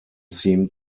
seem